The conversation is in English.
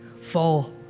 fall